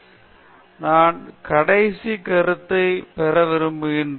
பேராசிரியர் பிரதாப் ஹரிதாஸ் நான் ஒரு கடைசிப் கருத்தை பெற விரும்புகிறேன்